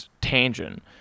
tangent